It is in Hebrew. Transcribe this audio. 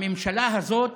הממשלה הזאת